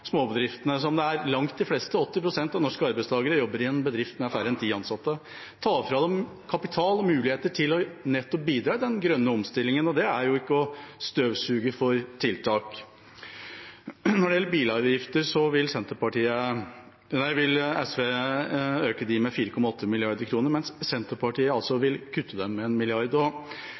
småbedriftene – som er langt de fleste, 80 pst. av norske arbeidstakere jobber i en bedrift med færre enn ti ansatte – kapital og muligheter til nettopp å bidra i den grønne omstillingen. Det er ikke å støvsuge for tiltak. Når det gjelder bilavgifter, vil SV øke dem med 4,8 mrd. kr, mens Senterpartiet vil kutte dem med 1 mrd. kr. Det var en kameratslig tone mellom representantene Haltbrekken og